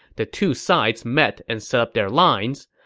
the two sides met and set up their lines.